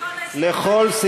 אין נמנעים.